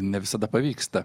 ne visada pavyksta